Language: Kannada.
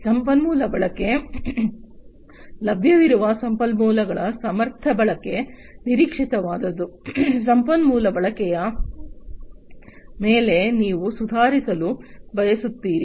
ಸಂಪನ್ಮೂಲ ಬಳಕೆ ಲಭ್ಯವಿರುವ ಸಂಪನ್ಮೂಲಗಳ ಸಮರ್ಥ ಬಳಕೆ ನಿರೀಕ್ಷಿತವಾದದ್ದು ಸಂಪನ್ಮೂಲ ಬಳಕೆಯ ಮೇಲೆ ನೀವು ಸುಧಾರಿಸಲು ಬಯಸುತ್ತೀರಿ